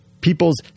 people's